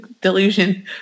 delusion